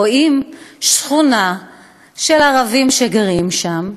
רואים שכונה של ערבים שגרים שם,